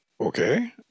Okay